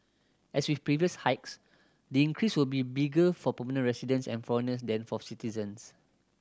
as with previous hikes the increase will be bigger for permanent residents and foreigners than for citizens